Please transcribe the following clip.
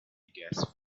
gas